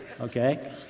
Okay